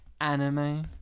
Anime